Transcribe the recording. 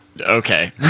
Okay